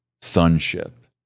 Sonship